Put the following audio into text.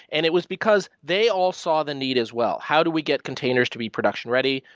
and it was because they all saw the need as well. how do we get containers to be production ready?